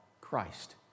Christ